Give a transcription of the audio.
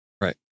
Right